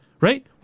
Right